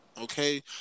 okay